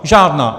Žádná!